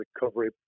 recovery